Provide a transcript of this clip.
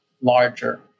larger